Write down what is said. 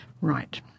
right